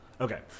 Okay